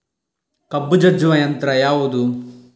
ಕಬ್ಬು ಜಜ್ಜುವ ಯಂತ್ರ ಯಾವುದು?